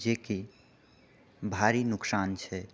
जेकि भारी नुकसान छै